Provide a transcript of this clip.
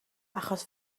achos